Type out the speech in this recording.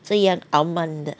这样傲慢的